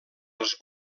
els